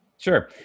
Sure